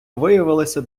виявилася